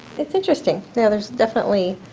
it's interesting. and there's definitely